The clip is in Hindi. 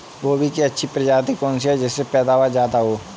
गोभी की अच्छी प्रजाति कौन सी है जिससे पैदावार ज्यादा हो?